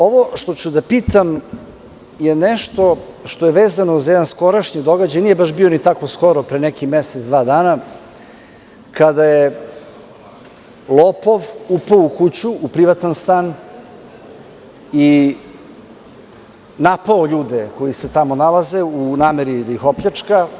Ovo što ću da pitam je nešto što je vezano za jedan skorašnji događaj, nije baš bio ni tako skoro, pre nekih mesec-dva dana, kada je lopov upao u kuću, u privatan stan, i napao ljude koji se tamo nalaze, u nameri da ih opljačka.